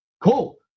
Cool